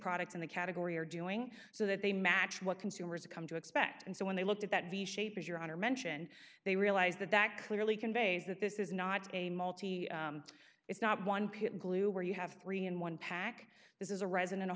products in the category are doing so that they match what consumers come to expect and so when they looked at that v shape is your honor mention they realize that that clearly conveys that this is not a multi it's not one pit glue where you have three in one pack this is a resident